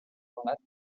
dans